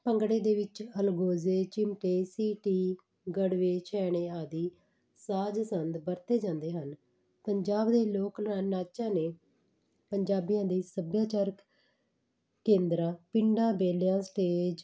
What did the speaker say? ਭੰਗੜੇ ਦੇ ਵਿੱਚ ਅਲਗੋਜੇ ਚਿਮਟੇ ਸੀਟੀ ਗੜਵੇ ਛੈਣੇ ਆਦਿ ਸਾਜ ਸੰਦ ਵਰਤੇ ਜਾਂਦੇ ਹਨ ਪੰਜਾਬ ਦੇ ਲੋਕ ਨਾ ਨਾਚਾਂ ਨੇ ਪੰਜਾਬੀਆਂ ਦੀ ਸੱਭਿਆਚਾਰਕ ਕੇਂਦਰਾਂ ਪਿੰਡਾਂ ਬੇਲਿਆਂ ਸਟੇਜ